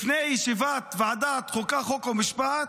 לפני ישיבת ועדת החוקה, חוק ומשפט